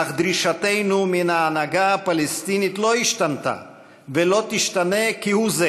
אך דרישתנו מן ההנהגה הפלסטינית לא השתנתה ולא תשתנה כהוא זה: